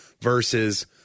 versus